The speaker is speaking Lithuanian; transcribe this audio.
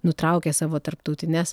nutraukė savo tarptautines